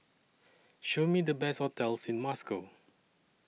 Show Me The Best hotels in Moscow